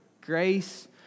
Grace